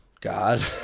God